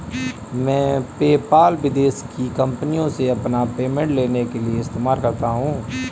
मैं पेपाल विदेश की कंपनीयों से अपना पेमेंट लेने के लिए इस्तेमाल करता हूँ